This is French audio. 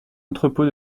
entrepôt